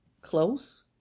close